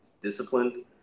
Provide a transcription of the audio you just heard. disciplined